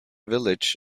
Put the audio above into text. village